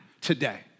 today